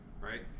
right